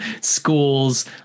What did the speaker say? schools